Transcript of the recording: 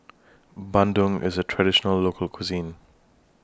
Bandung IS A Traditional Local Cuisine